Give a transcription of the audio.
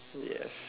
yes